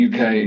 UK